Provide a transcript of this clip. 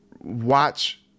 watch